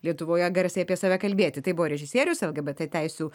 lietuvoje garsiai apie save kalbėti tai buvo režisierius lgbt teisių